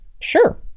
Sure